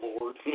lord